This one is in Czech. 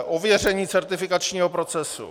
Ověření certifikačního procesu.